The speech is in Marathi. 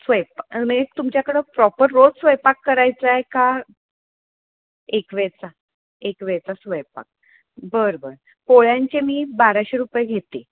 स्वयपा म्हणजे तुमच्याकडं प्रॉपर रोज स्वयंपाक करायचा आहे का एकवेळचा एकवेळचा स्वयंपाक बरं बरं पोळ्यांचे मी बाराशे रुपये घेते